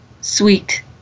sweet